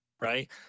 Right